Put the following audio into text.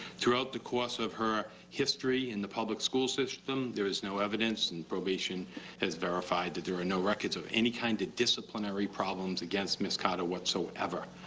throughout the course of her history in the public school system there is no evidence and probation has verified there are no records of any kind of disciplinary problems against ms. carter whatsoever.